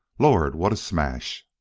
lord, what a smash!